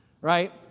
Right